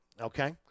okay